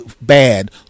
bad